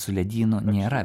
su ledynu nėra